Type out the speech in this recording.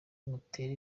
mutera